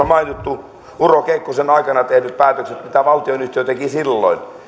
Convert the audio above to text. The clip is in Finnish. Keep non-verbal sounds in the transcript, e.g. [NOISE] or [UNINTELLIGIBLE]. [UNINTELLIGIBLE] mainittu urho kekkosen aikana tehdyt päätökset mitä valtionyhtiö teki silloin